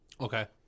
Okay